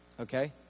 Okay